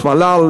שמלל,